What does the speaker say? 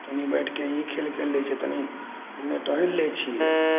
तनिए बैठिके ई खेल खेल लै छिए तनि ओन्ने टहलि लै छिए